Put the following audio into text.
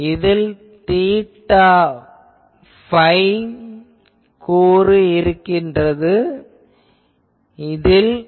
இதில் theta phi கூறு இருக்கலாம்